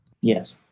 Yes